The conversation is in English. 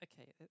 okay